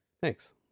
Thanks